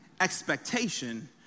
expectation